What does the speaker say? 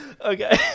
Okay